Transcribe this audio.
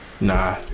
Nah